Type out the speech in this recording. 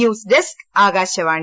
news desk Akashvani